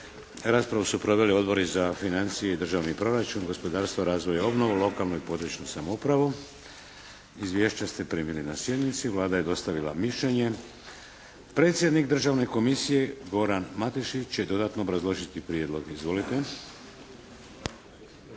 Raspravu su proveli Odbori za financije i državni proračun, gospodarstva, razvoja i obnovu, lokalnu i područnu samoupravu. Izvješća ste primili na sjednici. Vlada je dostavila mišljenje. Predsjednik Državne komisije Goran Matešić će dodatno obrazložiti prijedlog. Izvolite.